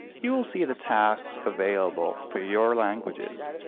you will see the tasks available for your languages.